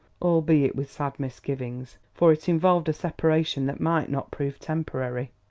albeit with sad misgivings. for it involved a separation that might not prove temporary.